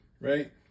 Right